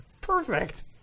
Perfect